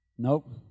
Nope